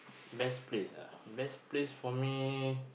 best place ah best place for me